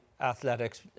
athletics